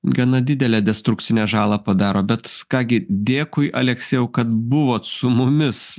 gana didelę destrukcinę žalą padaro bet ką gi dėkui aleksėjau kad buvot su mumis